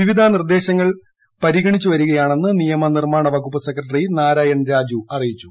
വിവിധ നിർദ്ദേശങ്ങൾ പരിഗണിച്ചു വരികയാണെന്ന് നിയമ നിർമ്മാണ വകുപ്പ് സെക്രട്ടറി നാരായണൻ രാജു അറിയിച്ചു